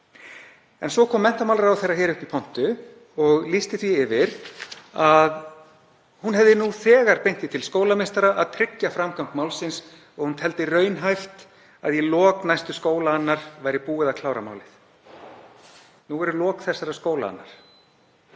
En svo kom menntamálaráðherra hér upp í pontu og lýsti því yfir að hún hefði nú þegar beint því til skólameistara að tryggja framgang málsins og hún teldi raunhæft að í lok næstu skólaannar væri búið að klára málið. Nú eru lok þessarar skólaannar.